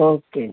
okay